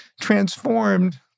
transformed